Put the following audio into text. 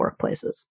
workplaces